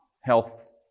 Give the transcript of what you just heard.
health